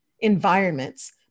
environments